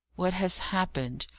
what has happened?